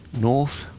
north